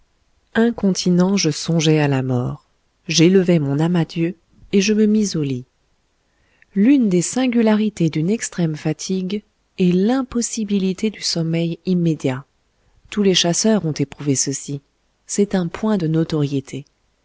incontinent je songeai à la mort j'élevai mon âme à dieu et je me mis au lit l'une des singularités d'une extrême fatigue est l'impossibilité du sommeil immédiat tous les chasseurs ont éprouvé ceci c'est un point de notoriété